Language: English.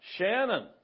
Shannon